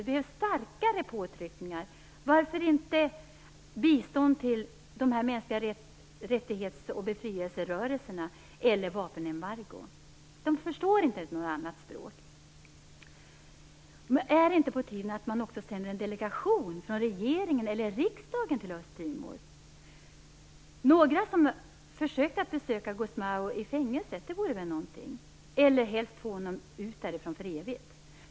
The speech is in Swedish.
Det behövs starkare påtryckningar - varför inte bistånd till rörelserna för mänskliga rättigheter och befrielse eller ett vapenembargo? De förstår inget annat språk. Är det inte på tiden att man också sänder en delegation från regeringen eller riksdagen till Östtimor? Att försöka besöka Gusmão i fängelset - det vore väl någonting? Helst skulle man ju få honom därifrån för evigt.